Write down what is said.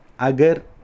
Agar